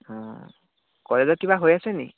অঁ কলেজত কিবা হৈ আছে নেকি